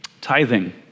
Tithing